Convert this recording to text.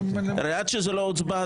הרי עד שזה לא הוצבע,